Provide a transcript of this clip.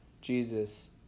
Jesus